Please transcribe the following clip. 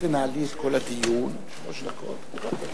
חברת הכנסת